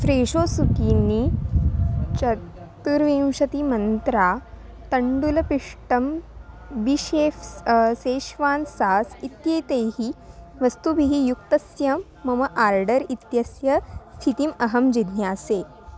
Fresho zucchini चतुर्विंशतिमन्त्रा तण्डुलपिष्टं B chef's Schezwan sauce इत्येतैः वस्तुभिः युक्तस्य मम आर्डर् इत्यस्य स्थितिम् अहं जिज्ञासे